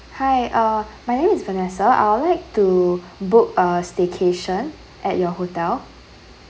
hi uh my name is vanessa I'd like to book a staycation at your hotel